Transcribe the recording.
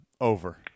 over